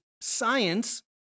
science